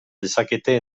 dezakete